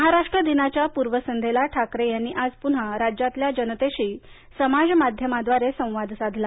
महाराष्ट्र दिनाच्या पूर्वसंध्येला ठाकरे यांनी आज पुन्हा राज्यातल्या जनतेशी समाज माध्यमाद्वारे संवाद साधला